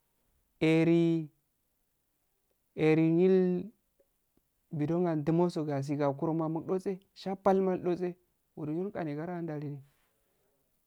Ehh-rri, ehri mil bido andu masil gasi gokuro ma mudose sha pal ma ilduse